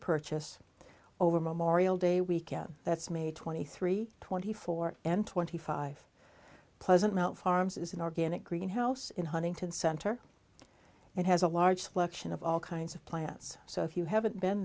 purchase over memorial day weekend that's may twenty three twenty four and twenty five pleasant mount farms is an organic greenhouse in huntington center and has a large selection of all kinds of plants so if you haven't been